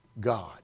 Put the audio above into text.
God